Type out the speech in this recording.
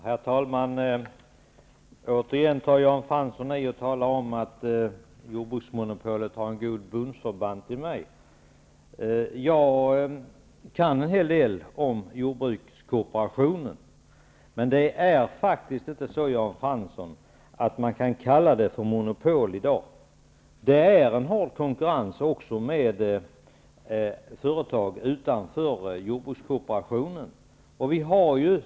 Herr talman! Jan Fransson tar återigen i och talar om att jordbruksmonopolet har en god bundsförvant i mig. Jag kan en hel del om jordbrukskooperationen. Men, Jan Fransson, man kan faktiskt inte kalla det för monopol i dag. Det är hård konkurrens även med företag utanför jordbrukskooperationen.